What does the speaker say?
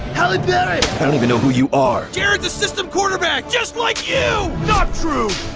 halle berry! i don't even know who you are. jared's a system quarterback just like you! not true!